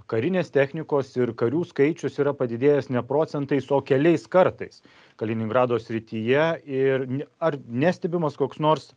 karinės technikos ir karių skaičius yra padidėjęs ne procentais o keliais kartais kaliningrado srityje ir ne ar nestebimas koks nors